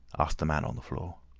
asked the man on the floor.